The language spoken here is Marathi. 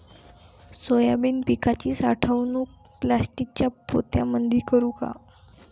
सोयाबीन पिकाची साठवणूक प्लास्टिकच्या पोत्यामंदी करू का?